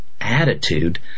attitude